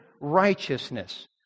righteousness